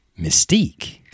Mystique